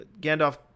Gandalf